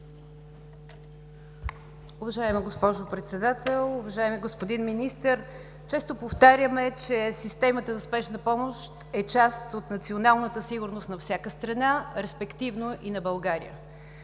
Уважаема госпожо Председател, уважаеми господин Министър! Често повтаряме, че системата за спешна помощ е част от националната сигурност на всяка страна, респективно и на България,